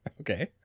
Okay